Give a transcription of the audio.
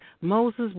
Moses